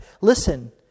Listen